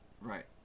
Right